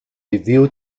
reveal